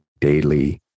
daily